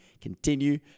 continue